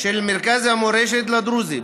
של מרכז המורשת לדרוזים